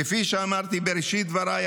כפי שאמרתי בראשית דבריי,